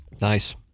Nice